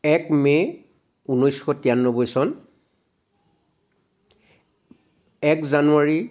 এক মে' ঊনৈছ শ তিৰান্নব্বৈ চন এক জানুৱাৰী